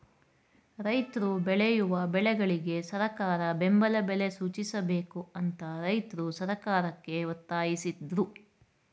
ರೈತ್ರು ಬೆಳೆಯುವ ಬೆಳೆಗಳಿಗೆ ಸರಕಾರ ಬೆಂಬಲ ಬೆಲೆ ಸೂಚಿಸಬೇಕು ಅಂತ ರೈತ್ರು ಸರ್ಕಾರಕ್ಕೆ ಒತ್ತಾಸಿದ್ರು